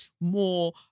more